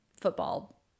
football